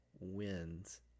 Wins